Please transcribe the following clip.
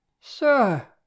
Sir